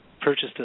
purchased